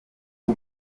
uwo